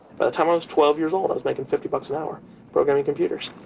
but the time i was twelve years old i was making fifty bucks an hour programming computers.